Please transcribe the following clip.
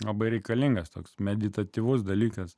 labai reikalingas toks meditatyvus dalykas